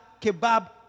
kebab